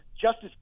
Justice